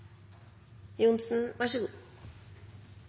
Johnsen så